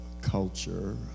culture